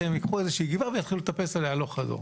ייקחו גבעה ויתחילו לטפס עליה הלוך חזור?